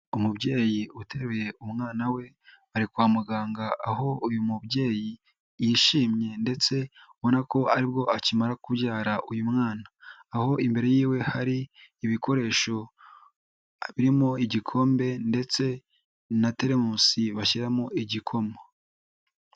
Umubyeyi uteruye umwana we, ari kwa muganga, aho uyu mubyeyi yishimye ndetse ubona ko aribwo akimara kubyara uyu mwana, aho imbere y'iwe hari ibikoresho, birimo igikombe ndetse na telemusi bashyiramo igikoma.